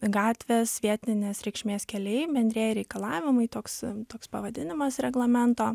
gatvės vietinės reikšmės keliai bendrieji reikalavimai toks toks pavadinimas reglamento